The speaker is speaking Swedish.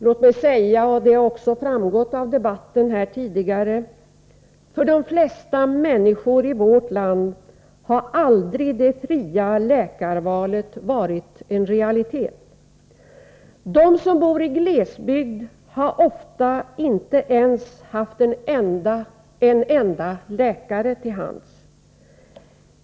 Låt mig säga — det har också framgått av debatten här tidigare: För de flesta människor i vårt land har aldrig det fria läkarvalet varit en realitet. De som bor i glesbygd har ofta inte ens haft en enda läkare till hands.